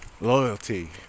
loyalty